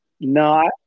no